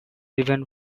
even